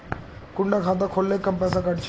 कुंडा खाता खोल ले कम पैसा काट छे?